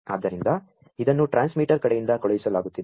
ಆದ್ದರಿಂ ದ ಇದನ್ನು ಟ್ರಾ ನ್ಸ್ಮಿ ಟರ್ ಕಡೆಯಿಂ ದ ಕಳು ಹಿಸಲಾ ಗು ತ್ತಿದೆ